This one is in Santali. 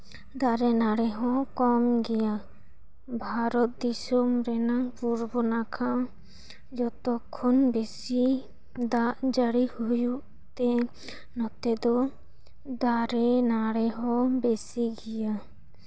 ᱫᱟᱨᱮ ᱱᱟᱹᱲᱤ ᱦᱚᱸ ᱠᱚᱢ ᱜᱮᱭᱟ ᱵᱷᱟᱨᱚᱛ ᱫᱤᱥᱚᱢ ᱨᱮᱱᱟᱝ ᱯᱩᱨᱵᱚ ᱱᱟᱠᱷᱟ ᱡᱚᱛᱚᱠᱷᱚᱱ ᱵᱮᱥᱤ ᱫᱟᱜ ᱡᱟᱹᱲᱤ ᱦᱩᱭᱩᱜ ᱛᱮ ᱱᱚᱛᱮ ᱫᱚ ᱫᱟᱨᱮ ᱱᱟᱹᱲᱤ ᱦᱚᱸ ᱵᱮᱥᱤ ᱜᱮᱭᱟ